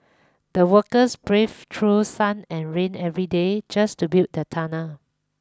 the workers braved through sun and rain every day just to build the tunnel